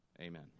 amen